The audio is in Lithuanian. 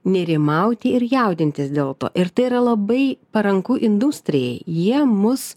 nerimauti ir jaudintis dėl to ir tai yra labai paranku industrijai jie mus